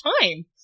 time